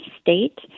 state